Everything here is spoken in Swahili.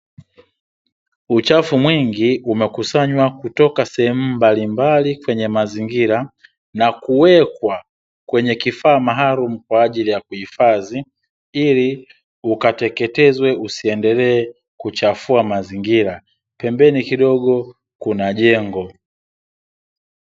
Uchafu mwingi umekusanywa kutoka sehemu mbalimbali kwenye mazingira na kuwekwa kwenye kifaa maalumu kwa ajili ya kuhifadhi, ili ukateketezwe usiendelee kuchafua mazingira. Pembeni kidogo kuna jengo.